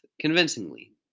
convincingly